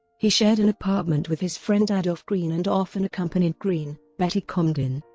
he shared an apartment with his friend adolph green and often accompanied green, betty comden,